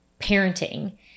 parenting